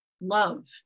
Love